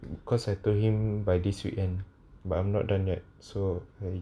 cause I told him by this weekend but I'm not done yet so